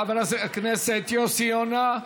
חבר הכנסת יוסי יונה,